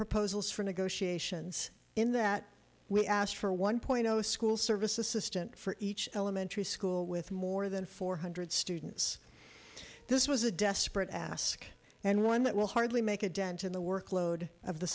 proposals for negotiations in that we asked for one point zero school service assistant for each elementary school with more than four hundred students this was a desperate ask and one that will hardly make a dent in the workload of the